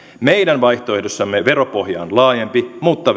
meidän vaihtoehdossamme veropohja on laajempi mutta